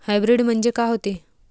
Hybrid म्हनजे का होते?